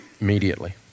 Immediately